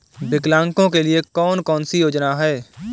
विकलांगों के लिए कौन कौनसी योजना है?